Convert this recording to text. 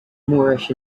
moorish